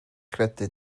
credu